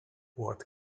what